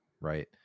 Right